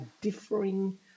differing